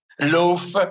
Loaf